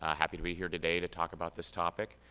ah happy to be here today to talk about this topic.